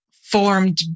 formed